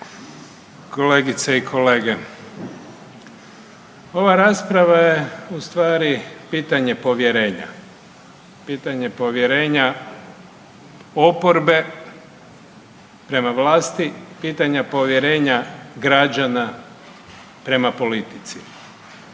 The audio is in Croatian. kolegice i kolege. Ova rasprava je u stvari pitanje povjerenja, pitanje povjerenja oporbe prema vlasti, pitanje povjerenja građana prema politici